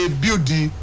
beauty